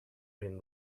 been